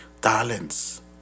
talents